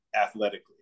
athletically